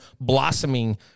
blossoming